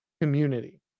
community